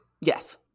Yes